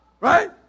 right